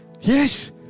yes